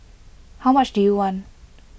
how much do you want